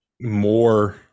more